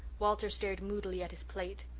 walter stared moodily at his plate.